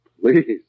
Please